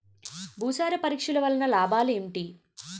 భూసార పరీక్ష వలన లాభాలు ఏంటి?